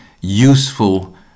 useful